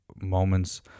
moments